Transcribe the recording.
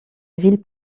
ville